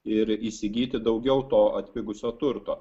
ir įsigyti daugiau to atpigusio turto